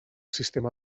sistema